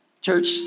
Church